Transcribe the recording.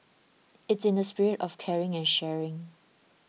it's in the spirit of caring and sharing